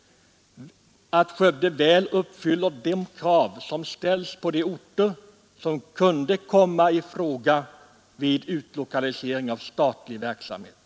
— att Skövde väl uppfyller de krav som ställs på de orter som kan komma i fråga vid utlokalisering av statlig verksamhet.